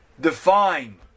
define